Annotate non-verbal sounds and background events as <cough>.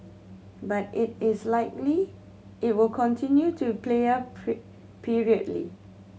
but it is likely it will continue to played up <unintelligible> periodically